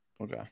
okay